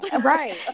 right